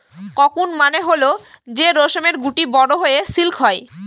cocoon মানে হল যে রেশমের গুটি বড়ো হয়ে সিল্ক হয়